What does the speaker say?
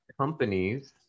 companies